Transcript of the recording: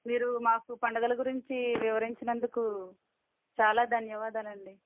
మీరు మాకు పండగల గురించి వివరించినందుకు చాలా ధన్యవాదాలండి